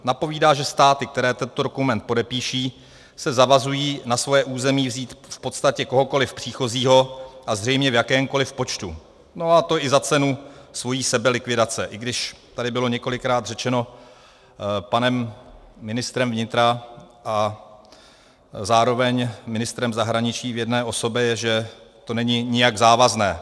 Napovídá, že státy, které tento dokument podepíší, se zavazují na své území vzít v podstatě kohokoli příchozího a zřejmě v jakémkoliv počtu, a to i za cenu svojí sebelikvidace, i když tady bylo několikrát řečeno panem ministrem vnitra a zároveň ministrem zahraničí v jedné osobě, že to není nijak závazné.